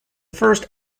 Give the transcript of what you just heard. first